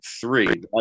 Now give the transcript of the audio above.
three